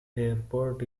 airport